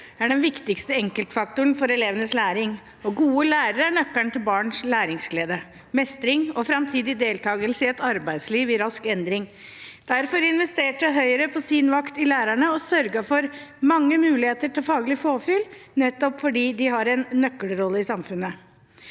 er den viktigste enkeltfaktoren for elevenes læring, og gode lærere er nøkkelen til barns læringsglede, mestring og framtidig deltakelse i et arbeidsliv i rask endring. På sin vakt investerte Høyre i lærerne og sørget for mange muligheter for faglig påfyll – nettopp fordi de har en nøkkelrolle i samfunnet.